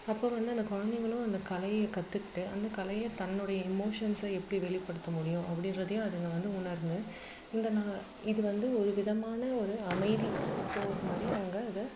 அப்போ வந்து அந்த குழந்தைகளும் அந்த கலையை கற்றுக்கிட்டு அந்த கலையை தன்னுடைய எமோஷன்ஸை எப்படி வெளிப்படுத்த முடியும் அப்படின்றதையும் அதுங்க வந்து உணர்ந்து இந்த நான் இது வந்து ஒரு விதமான ஒரு அமைதி போர் மாதிரி அவங்க அதை